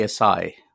ASI